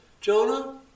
Jonah